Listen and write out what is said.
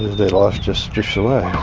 their life just drifts away.